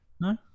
No